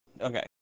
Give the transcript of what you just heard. Okay